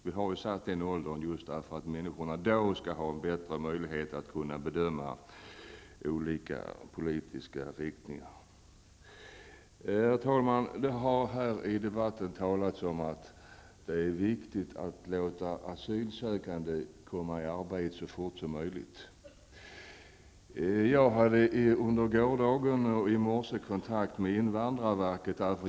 Vi har ju satt upp en myndighetsålder med tanke på att människor då skall ha en bättre möjlighet att bedöma olika politiska riktningar. Herr talman! Det har i debatten talats om att det är viktigt att låta asylsökande komma i arbete så fort som möjligt. Jag har under gårdagen och i morse haft kontakt med invandrarverket.